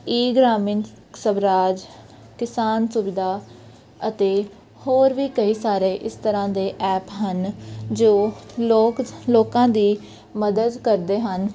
ਈ ਗਰਾਮੀਨ ਸਵਰਾਜ ਕਿਸਾਨ ਸੁਵਿਧਾ ਅਤੇ ਹੋਰ ਵੀ ਕਈ ਸਾਰੇ ਇਸ ਤਰ੍ਹਾਂ ਦੇ ਐਪ ਹਨ ਜੋ ਲੋਕ ਲੋਕਾਂ ਦੀ ਮਦਦ ਕਰਦੇ ਹਨ